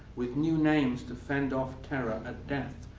with new names to fend off terror at death,